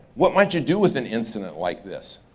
what might you do with an incident like this?